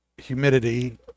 humidity